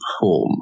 perform